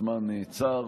הזמן נעצר,